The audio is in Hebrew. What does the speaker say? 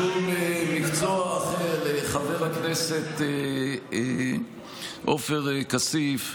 חבר הכנסת עופר כסיף,